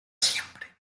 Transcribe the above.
siempre